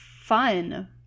fun